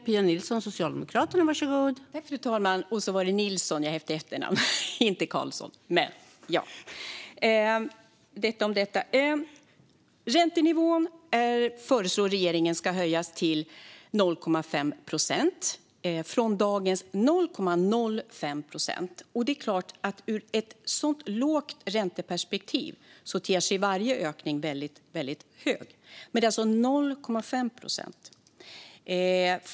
Fru talman! Och så var det Nilsson jag hette i efternamn, inte Karlsson. Men detta om detta. Regeringen föreslår att räntenivån ska höjas till 0,5 procent från dagens 0,05 procent. I perspektivet av en så låg ränta ter sig förstås varje ökning väldigt stor, men det är alltså 0,5 procent.